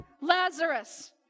Lazarus